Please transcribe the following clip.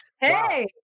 Hey